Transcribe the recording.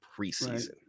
preseason